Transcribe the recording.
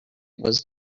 was